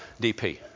DP